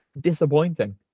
disappointing